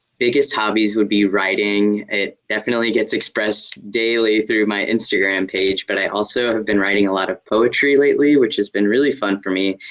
biggest hobbies would be writing. it definitely gets expressed daily through my instagram page, but i also have been writing a lot of poetry lately, which has been really fun for me.